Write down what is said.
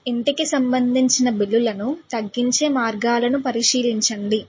ఇంటికి సంబంధించిన బిల్లులను తగ్గించే మార్గాలను పరిశీలించండి